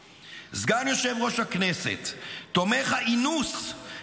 "מתקיימים בנו דברי איש רוח בן המאה ה-19 שהזהיר